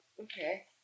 okay